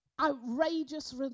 outrageous